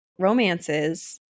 Romances